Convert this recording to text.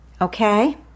Okay